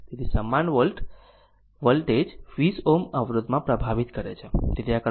તેથી સમાન વોલ્ટેજ 20 Ω અવરોધમાં પ્રભાવિત કરે છે